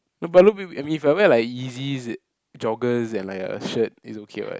no but look at me if I wear like Yeezys joggers and like a shirt is okay [what]